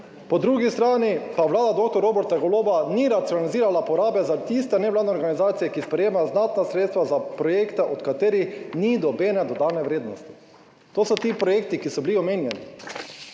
po drugi strani pa Vlada dr. Roberta Goloba ni racionalizirala porabe za tiste nevladne organizacije, ki sprejemajo znatna sredstva za projekte, od katerih ni nobene dodane vrednosti. To so ti projekti, ki so bili omenjeni